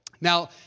Now